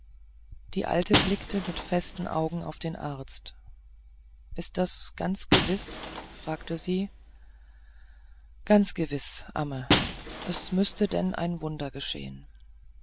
die alte blickte mit festen augen auf den arzt ist das ganz gewiß fragte sie ganz gewiß amme es müßte denn ein wunder geschehen